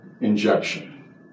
injection